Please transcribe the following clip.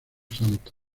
santo